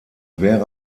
wäre